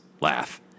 laugh